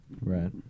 Right